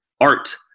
art